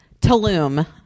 Tulum